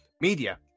media